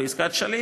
בעסקת שליט,